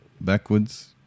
backwards